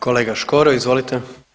Kolega Škoro, izvolite.